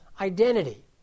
identity